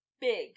big